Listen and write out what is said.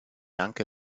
anche